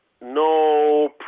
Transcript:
No